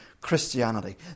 Christianity